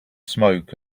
smoke